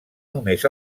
només